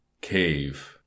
cave